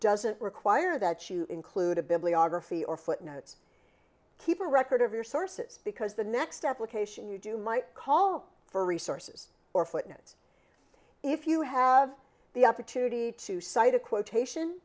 doesn't require that you include a bibliography or footnotes keep a record of your sources because the next step location you do might call for resources or footnotes if you have the opportunity to cite a quotation